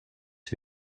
who